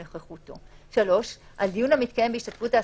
בשל כך שהדיון מתקיים שלא בנוכחותו,